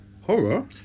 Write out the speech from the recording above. Horror